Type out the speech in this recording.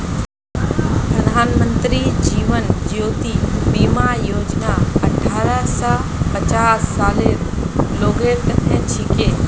प्रधानमंत्री जीवन ज्योति बीमा योजना अठ्ठारह स पचास सालेर लोगेर तने छिके